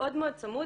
מאוד מאוד צמוד,